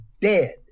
dead